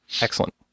Excellent